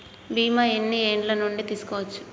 బీమా ఎన్ని ఏండ్ల నుండి తీసుకోవచ్చు?